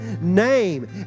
name